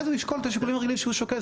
זה לשקול את השיקולים הרגילים שהוא שוקל,